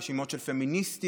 רשימות של פמיניסטיות,